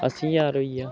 अस्सीं ज्हार होइया